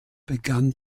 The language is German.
begann